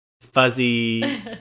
fuzzy